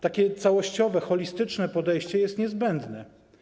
Takie całościowe, holistyczne podejście jest niezbędne.